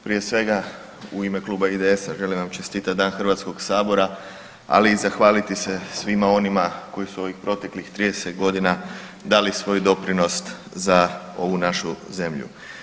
Prije svega u ime Kluba IDS-a želim vam čestitat Dan Hrvatskog sabora, ali i zahvaliti se svima onima koji su u ovih proteklih 30.g. dali svoj doprinos za ovu našu zemlju.